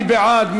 מי בעד?